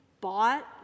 bought